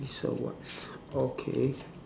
it's a what okay